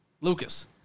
Lucas